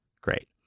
great